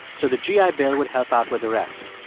so the gi ah bill would help out with the rest.